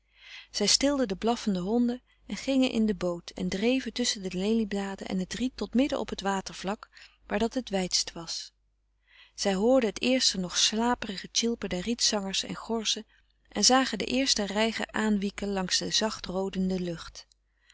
stilden de blaffende honden en gingen in de boot en dreven tusschen de lelie bladen en het riet tot midden op het watervlak waar dat het wijdst was ze hoorden het eerste nog slaperige tjilpen der rietzangers en gorzen en zagen den eersten reiger aanwieken langs de zachtroodende lucht